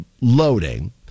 Loading